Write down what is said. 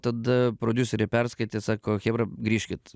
tada prodiuseriai perskaitė sako chebra grįžkit